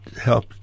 help